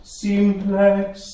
simplex